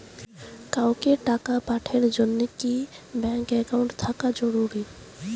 কাউকে টাকা পাঠের জন্যে কি ব্যাংক একাউন্ট থাকা জরুরি?